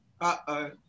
uh-oh